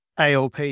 ALP